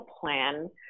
plan